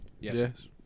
Yes